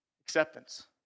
Acceptance